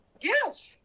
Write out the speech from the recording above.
Yes